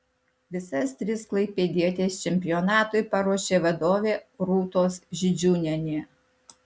visas tris klaipėdietės čempionatui paruošė vadovė rūtos židžiūnienė